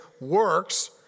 works